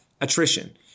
attrition